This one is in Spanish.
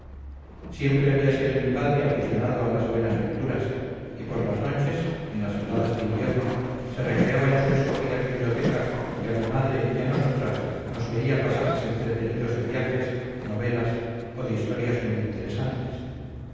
siempre había sido mi padre aficionado a las buenas lecturas y por las noches en las veladas de invierno se recreaba en su escogida biblioteca y a mi madre y a nosotras nos leía pasajes entretenidos de viajes novelas o de historias muy interesantes